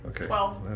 Okay